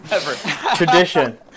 Tradition